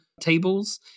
tables